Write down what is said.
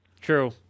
True